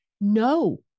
no